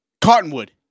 Cottonwood